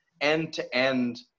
end-to-end